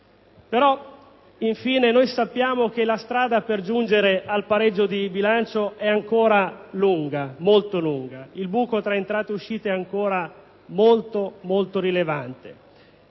idroelettriche. Sappiamo però che la strada per giungere al pareggio di bilancio è ancora lunga, molto lunga, il buco fra entrate e uscite è ancora molto rilevante,